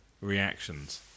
reactions